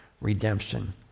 redemption